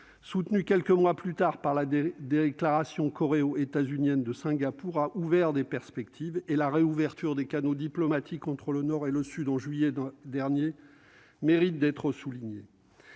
soutenue quelques mois plus tard par la déclaration coréo-états-unienne de Singapour, ont ouvert des perspectives. Enfin, la réouverture des canaux diplomatiques entre le nord et le sud au mois de juillet dernier mérite d'être soulignée.